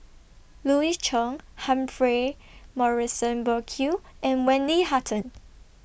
Louis Chen Humphrey Morrison Burkill and Wendy Hutton